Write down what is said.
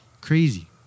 Crazy